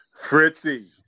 Fritzy